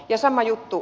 ja sama juttu